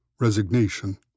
resignation